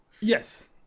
Yes